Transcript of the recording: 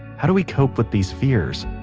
how do we cope with these fears?